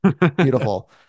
beautiful